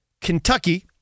Kentucky